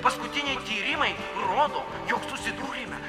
paskutiniai tyrimai rodo jog susidūrėme